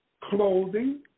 clothing